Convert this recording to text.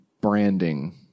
branding